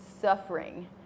suffering